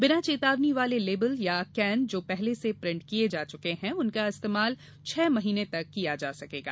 बिना चेतावनी वाले लेबल या केन जो पहले से प्रिंट किये जा चुके हैं उनका इस्तेमाल छह महीने तक किया जा सकेगा